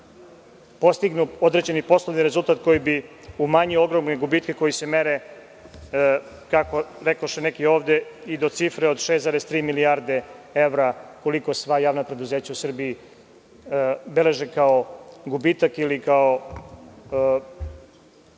postignu određeni poslovni rezultat koji bi umanjio ogromne gubitke koji se mere, kako rekoše neki ovde, i do cifre od 6,3 milijarde evra, koliko sva javna preduzeća u Srbiji beleže kao gubitak ili kao